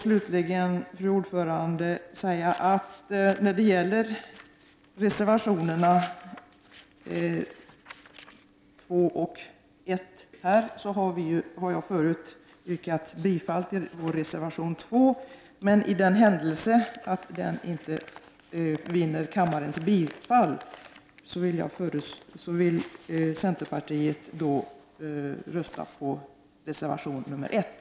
Slutligen, fru talman, vill jag säga att om reservation 2, som jag tidigare yrkat bifall till, inte vinner kammarens bifall, kommer centerpartiet att rösta på reservation 1.